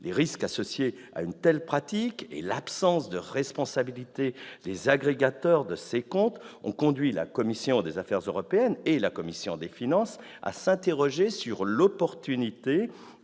Les risques associés à une telle pratique et l'absence de responsabilité des agrégateurs de ces comptes ont conduit la commission des affaires européennes et la commission des finances à s'interroger sur l'opportunité